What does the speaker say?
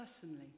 personally